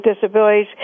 disabilities